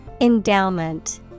Endowment